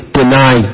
deny